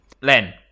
Len